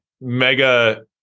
mega